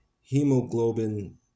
hemoglobin